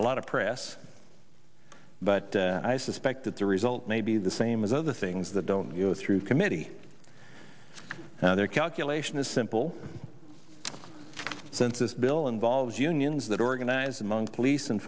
a lot of press but i suspect that the result may be the same as other things that don't go through committee their calculation is simple since this bill involves unions that organize among police and